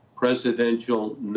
Presidential